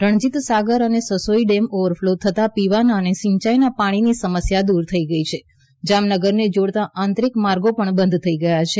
રણજીત સાગર અને સસોઈડેમ ઓવરફલો થતા પીવાના અને સિંચાઈના પાણીની સમસ્યા દૂર થઈ ગઈ છે જામનગર ને જોડતા આંતરિક માર્ગો પણ બંધ થઈ ગયા છે